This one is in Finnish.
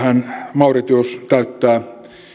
mauritius täyttää